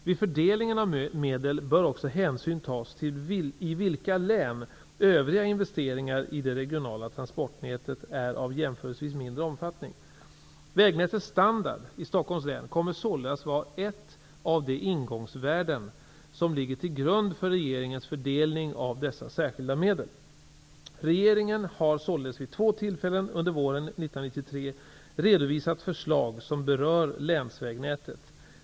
Vid fördelningen av medel bör också hänsyn tas till i vilka län övriga investeringar i det regionala transportnätet är av jämförelsevis mindre omfattning. Vägnätets standard i Stockholms län kommer således att vara ett av de ingångsvärden som ligger till grund för regeringens fördelning av dessa särskilda medel. Regeringen har således vid två tillfällen under våren 1993 redovisat förslag som berör länsvägnätet.